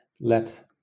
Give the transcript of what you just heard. let